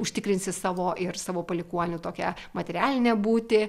užtikrinsi savo ir savo palikuonių tokią materialinę būtį